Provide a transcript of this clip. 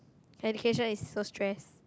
education is so stress